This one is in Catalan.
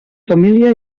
família